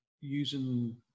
using